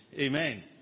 Amen